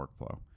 workflow